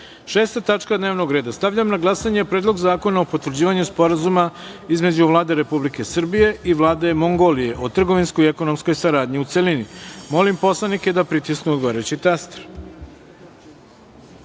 tačka dnevnog reda. Stavljam na glasanje Predlog zakona o potvrđivanju Sporazuma između Vlade Republike Srbije i Vlade Mongolije o trgovinskoj i ekonomskoj saradnji, u celini. Molim poslanike da pritisnu odgovarajući